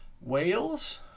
Wales